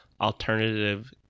alternative